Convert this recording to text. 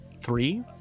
Three